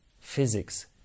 physics